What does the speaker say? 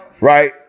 Right